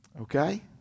okay